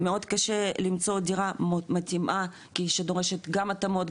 מאוד קשה למצוא דירה מתאימה שדורשת גם התאמות,